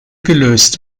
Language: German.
gelöst